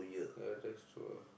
ya thanks to her